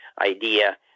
IDEA